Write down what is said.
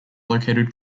located